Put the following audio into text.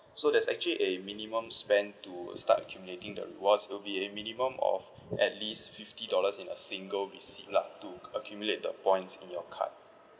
so there's actually a minimum spend to start accumulating the rewards it'll be a minimum of at least fifty dollars in a single receipt lah to accumulate the points in your card